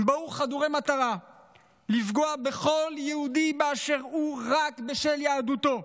הם באו חדורי מטרה לפגוע בכל יהודי באשר הוא רק בשל יהדותו.